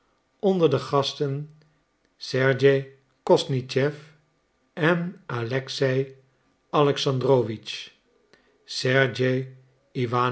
onder de gasten sergej kosnischew en alexei alexandrowitsch